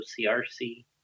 OCRC